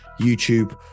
YouTube